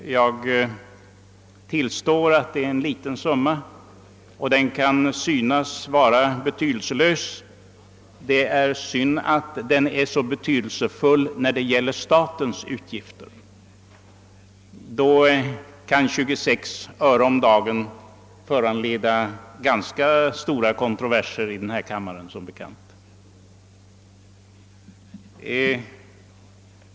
Jag tillstår att det är ett litet belopp, som kan synas betydelselöst. Det är synd att det är så betydelsefullt när det gäller statens utgifter; då kan 26 öre om dagen som bekant föranleda ganska stora kontroverser i denna kammare.